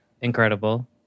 incredible